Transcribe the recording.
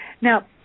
Now